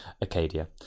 Acadia